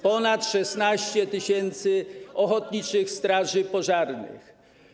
Ponad 16 tys. ochotniczych straży pożarnych.